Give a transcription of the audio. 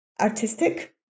artistic